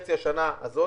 בחצי השנה הזו,